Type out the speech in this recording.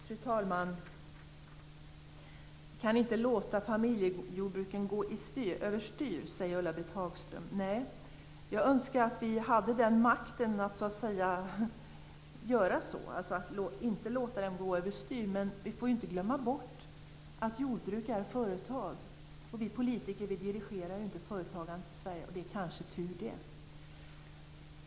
Fru talman! Vi kan inte låta familjejordbruken gå över styr, säger Ulla-Britt Hagström. Jag önskar att vi hade den makten att inte låta dem gå överstyr. Men vi får inte glömma bort att jordbruk är företag, och vi politiker dirigerar ju inte företagandet i Sverige, och det kanske är tur det.